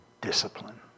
discipline